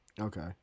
Okay